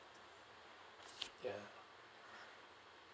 ya